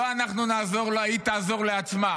לא אנחנו נעזור לה, היא תעזור לעצמה,